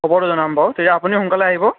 খবৰটো জনাম বাৰু তেতিয়া আপুনি সোনকালে আহিব